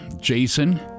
Jason